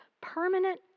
permanent